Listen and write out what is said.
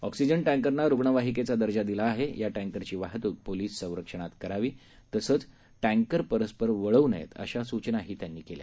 oxygen टँकरना रुग्णवाहिकेचा दर्जा दिला आहे या टॅकरची वाहतृक पोलिस संरक्षणात करावी तसंच टँकर परस्पर वळवू नयेत अशा सूचना त्यांनी केल्या